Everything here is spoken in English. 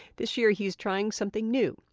this year, he's trying something new,